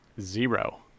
Zero